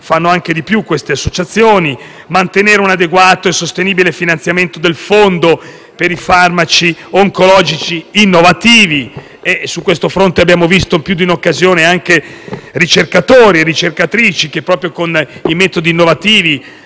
fanno anche di più. L'altro impegno è mantenere un adeguato e sostenibile finanziamento del Fondo per i farmaci oncologici innovativi. Su questo fronte abbiamo visto in più di un'occasione come il lavoro dei ricercatori e delle ricercatrici, proprio con metodi innovativi,